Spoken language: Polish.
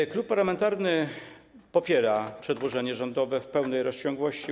Mój klub parlamentarny popiera przedłożenie rządowe w pełnej rozciągłości.